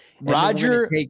Roger